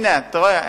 הנה, אתה רואה?